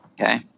Okay